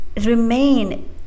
remain